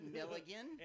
Milligan